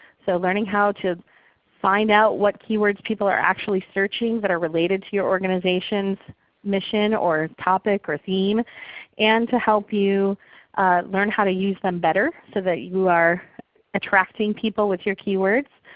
so learning how to find out what keywords people are actually searching that are related to your organization's mission or topic or theme and to help you learn how to use them better, so that you are attracting people with your keywords.